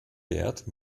wert